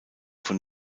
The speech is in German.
von